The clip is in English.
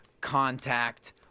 contact